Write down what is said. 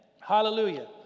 hallelujah